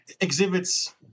exhibits